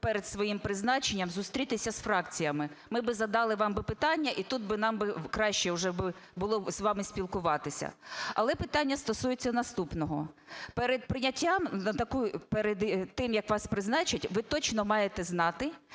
перед своїм призначенням зустрітися з фракціями? Ми би задали вам би питання, і тут би нам би краще уже би було з вами спілкуватися. Але питання стосується наступного. Перед прийняттям на таку, перед тим, як вас призначать, ви точно маєте знати,